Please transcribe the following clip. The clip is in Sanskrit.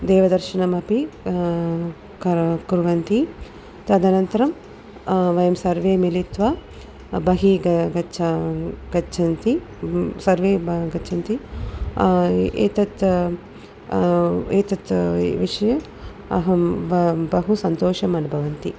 देवदर्शनम् अपि करो कुर्वन्ति तदनन्तरं वयं सर्वे मिलित्वा बहिः ग गत्वा गच्छन्ति सर्वे बहिः गच्छन्ति एतत् एतत् विषये अहं ब बहु सन्तोषम् अनुभवामि